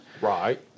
Right